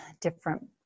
different